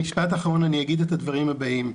במשפט אחרון אני אגיד את הדברים הבאים,